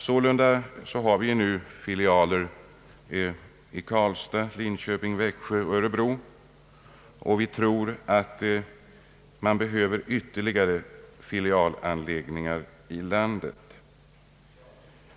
Sålunda finns nu universitetsfilialer i Karlstad, Linköping, Växjö och Örebro, och vi anser att det behövs ytterligare filialanläggningar i landet.